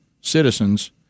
citizens